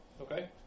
okay